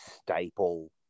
staple